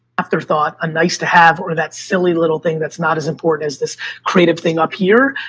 afterthought, a nice-to-have or that silly little thing that's not as important as this creative thing up here,